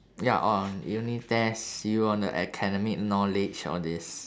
ya on~ they only test you on the academic knowledge all this